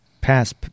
pass